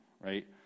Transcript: right